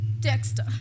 Dexter